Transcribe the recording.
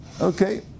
Okay